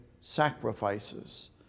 sacrifices